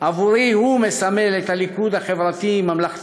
עבורי הוא מסמל את הליכוד החברתי-ממלכתי,